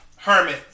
Hermit